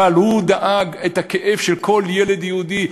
אבל הוא דאג את הכאב של כל ילד יהודי,